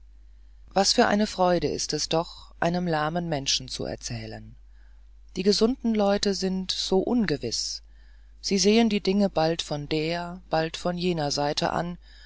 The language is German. was für eine freude ist es doch einem lahmen menschen zu erzählen die gesunden leute sind so ungewiß sie sehen die dinge bald von der bald von jener seite an